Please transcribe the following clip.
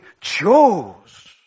chose